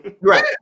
Right